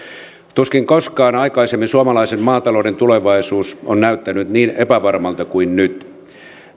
tuskin koskaan aikaisemmin suomalaisen maatalouden tulevaisuus on näyttänyt niin epävarmalta kuin nyt